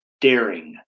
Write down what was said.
daring